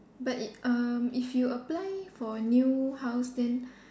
but it um if you apply for new house then